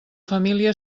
família